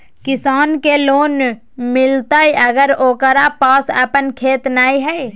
किसान के लोन मिलताय अगर ओकरा पास अपन खेत नय है?